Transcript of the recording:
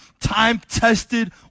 time-tested